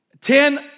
Ten